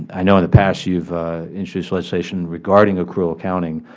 i know in the past you have introduced legislation regarding accrual accounting,